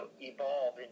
evolve